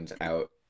out